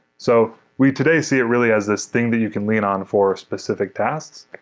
so we today see it really as this thing that you can lean on for specific tasks.